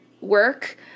work